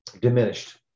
diminished